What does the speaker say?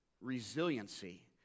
resiliency